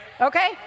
Okay